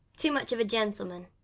too much of a gentleman.